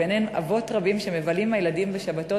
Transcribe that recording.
וביניהן של אבות רבים שמבלים עם הילדים בשבתות